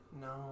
no